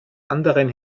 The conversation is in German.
anderen